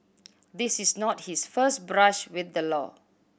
this is not his first brush with the law